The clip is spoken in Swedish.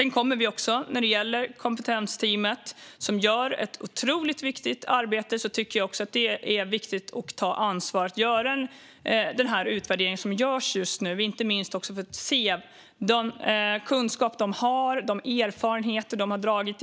När det gäller kompetensteamet, som gör ett otroligt viktigt arbete, tycker jag att det är viktigt att ta ansvar och göra den utvärdering som görs just nu, inte minst för att se den kunskap och de erfarenheter som kompetensteamet har.